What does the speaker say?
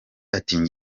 ati